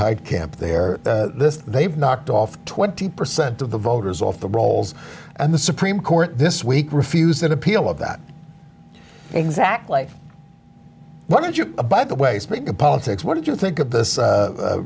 heitkamp there this they've knocked off twenty percent of the voters off the rolls and the supreme court this week refused an appeal of that exactly why don't you by the way speaking of politics what do you think of this